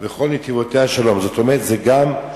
וכל נתיבותיה שלום, זאת אומרת, זה גם,